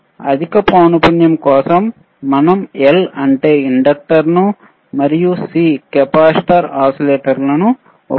అధిక పౌనపున్యం కోసం మనం L అంటే ఇండక్టర్ ను మరియు C కెపాసిటర్ ఓసిలేటర్లను ఉపయోగించాలి